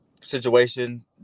situation